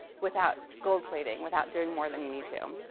without gold-plating, without doing more than you need to.